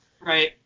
Right